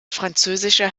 französischer